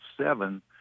seven